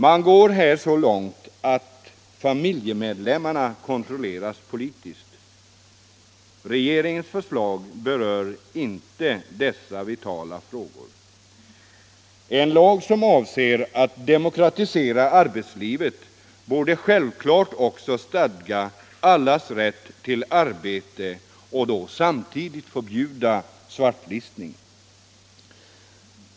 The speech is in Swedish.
Man går här så långt att familjemedlemmarna kontrolleras politiskt. Regeringens förslag berör inte dessa vitala frågor. En lag som avser att demokratisera arbetslivet borde självfallet också stadga allas rätt till arbete och då samtidigt förbjuda svartlistning.